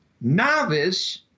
novice